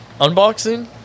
Unboxing